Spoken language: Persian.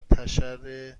تشریک